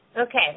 Okay